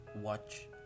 watch